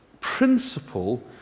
principle